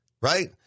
right